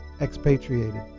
expatriated